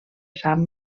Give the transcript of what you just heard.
sant